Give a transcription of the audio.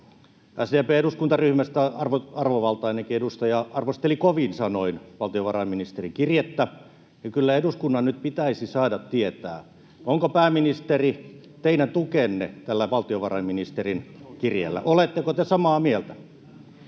SDP:n eduskuntaryhmästä arvovaltainenkin edustaja arvosteli kovin sanoin valtiovarainministerin kirjettä. Kyllä eduskunnan nyt pitäisi saada tietää, onko, pääministeri, teidän tukenne tällä valtiovarainministerin kirjeellä. Oletteko te samaa mieltä?